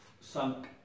sunk